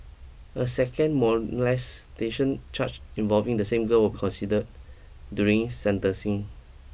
a second molestation charge involving the same girl will be considered during sentencing